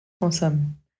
Awesome